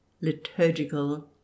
liturgical